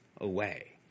away